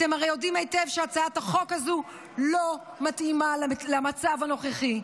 אתם הרי יודעים היטב שהצעת החוק הזו לא מתאימה למצב הנוכחי.